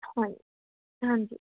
ਹਾਂਜੀ ਹਾਂਜੀ